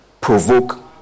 provoke